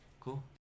cool